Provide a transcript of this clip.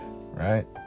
Right